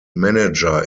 manager